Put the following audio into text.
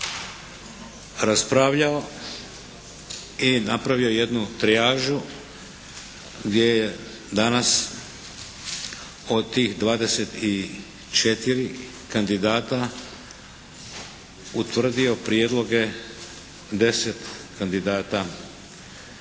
raspravljao i napravio jednu trijažu gdje je danas od tih 24 kandidata utvrdio prijedloge deset kandidata